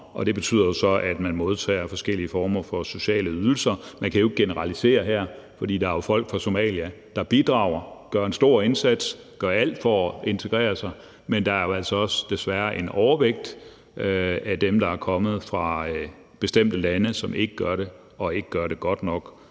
det betyder jo så, at de modtager forskellige former for sociale ydelser. Man kan ikke generalisere her, for der er jo folk fra Somalia, der bidrager, gør en stor indsats og gør alt for at integrere sig, men der er jo altså også desværre en overvægt af dem, der er kommet fra bestemte lande, som ikke gør det og ikke gør det godt nok